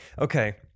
Okay